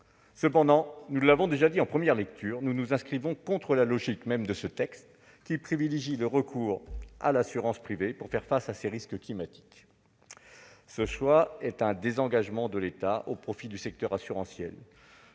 Cependant, comme nous l'avons déjà souligné en première lecture, nous nous inscrivons contre la logique même de ce texte, qui privilégie le recours à l'assurance privée pour faire face à ces risques climatiques. Ce choix d'un désengagement de l'État au profit du secteur assurantiel